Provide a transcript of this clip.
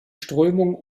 strömung